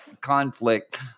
conflict